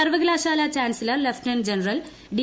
സർവകലാശാല chancellor lieutenant general D